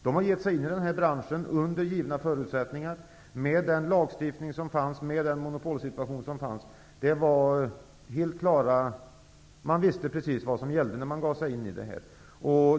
De har gett sig in i branschen under givna förutsättningar, med den lagstiftning som fanns, med den monopolsituation som rådde. Man visste precis vad som gällde när man gav sig in i det här.